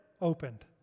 opened